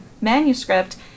manuscript